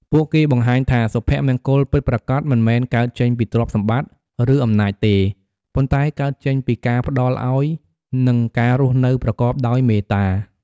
ពួកគេបង្ហាញថា សុភមង្គលពិតប្រាកដមិនមែនកើតចេញពីទ្រព្យសម្បត្តិ ឬអំណាចទេ ប៉ុន្តែកើតចេញពីការផ្ដល់ឱ្យ និងការរស់នៅប្រកបដោយមេត្តា។